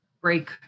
break